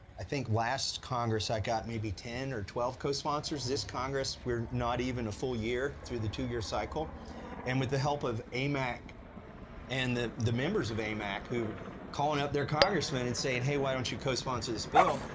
i think last congress i got maybe ten or twelve co-sponsors, this congress we're not even a full year through the two-year cycle and with the help of amac and the the members of amac who are calling up their congressman and saying, hey, why don't you co-sponsor this bill?